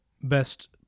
best